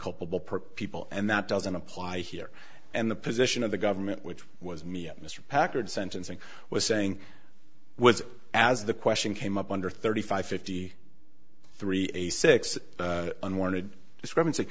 culpable per people and that doesn't apply here and the position of the government which was me mr packard sentencing was saying was as the question came up under thirty five fifty three a six unwarranted discrepancy